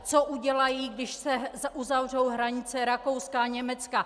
Co udělají, když se uzavřou hranice Rakouska a Německa?